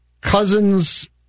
Cousins